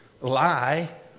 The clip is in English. Lie